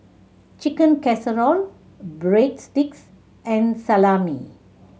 Chicken Casserole Breadsticks and Salami